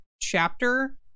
chapter